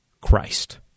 Christ